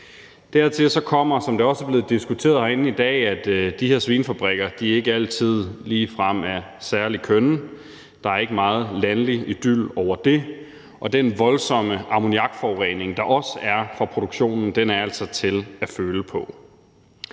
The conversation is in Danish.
Dertil kommer, som det også er blevet diskuteret herinde i dag, at de her svinefabrikker ikke altid ligefrem er særlig kønne, der er ikke meget landlig idyl over det, og den voldsomme ammoniakforurening, der også kommer fra produktionen, er altså til at tage at